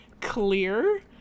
clear